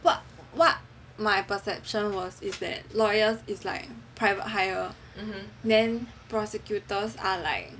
what what my perception was is that lawyers is like private hire then prosecutors are like